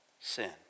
sin